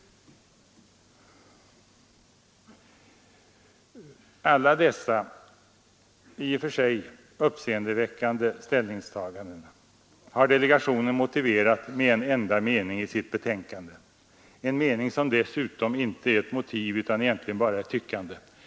Alla dessa i och för sig uppseendeväckande ställningstaganden har delegationen motiverat med en enda mening i sitt betänkande, en mening som dessutom inte är ett motiv utan egentligen bara ett tyckande.